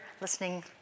listening